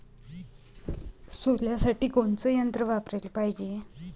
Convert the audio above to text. सोल्यासाठी कोनचं यंत्र वापराले पायजे?